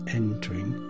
entering